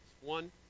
One